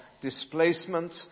displacement